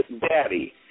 Daddy